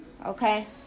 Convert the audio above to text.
Okay